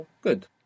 Good